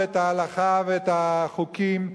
ואת ההלכה ואת החוקים,